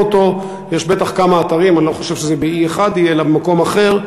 יוצא מן הכלל: